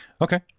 Okay